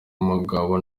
umugabo